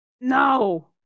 No